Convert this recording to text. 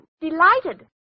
Delighted